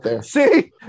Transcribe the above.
see